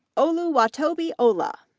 oluwatobi ola,